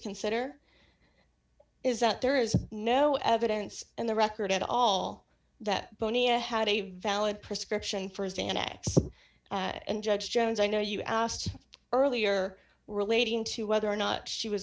consider is that there is no evidence in the record at all that boney a had a valid prescription for xanax and judge jones i know you asked earlier relating to whether or not she was